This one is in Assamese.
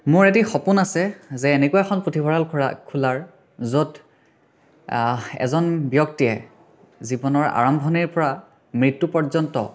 মোৰ এটি সপোন আছে যে এনেকুৱা এখন পুথিভঁৰাল খুৰা খোলাৰ য'ত এজন ব্যক্তিয়ে জীৱনৰ আৰম্ভণিৰ পৰা মৃত্যু পৰ্য্যন্ত